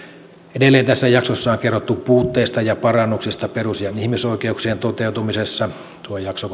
edelleen tässä jaksossa on kerrottu puutteista ja parannuksista perus ja ihmisoikeuksien toteutumisessa tuo jakso